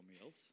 meals